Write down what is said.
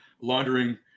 laundering